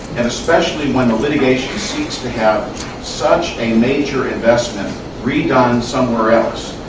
and especially when the litigation seeks to have such a major investment redone somewhere else,